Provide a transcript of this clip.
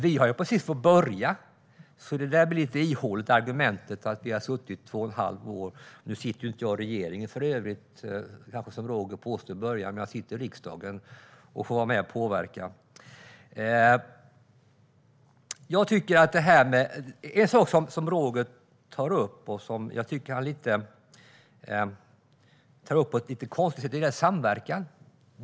Vi har ju precis fått börja, så det blir ett lite ihåligt argument att vi har suttit i två och ett halvt år. Jag sitter för övrigt inte i regeringen, som Roger påstod i början, men jag sitter i riksdagen och får vara med och påverka. En sak som Roger tar upp och som jag tycker att han tar upp på ett lite konstigt sätt är samverkan.